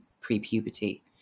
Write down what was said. pre-puberty